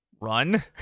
run